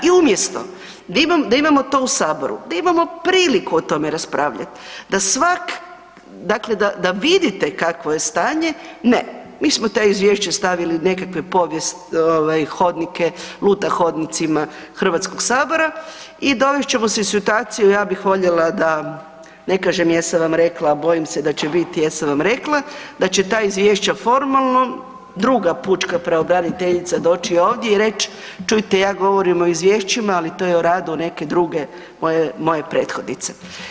I umjesto da imamo to u saboru, da imamo priliku o tome raspravljat, da svak, dakle da, da vidite kakvo je stanje, ne, mi smo u ta izvješća stavili u nekakve ovaj hodnike, luta hodnicima HS i dovest ćemo se u situaciju, ja bih voljela da ne kažem „jesam vam rekla“, a bojim se da će biti „jesam vam rekla“ da će ta izvješća formalno druga pučka pravobraniteljica doći ovdje i reć „čujte ja govorim o izvješćima, ali to je o radu neke druge moje, moje prethodnice“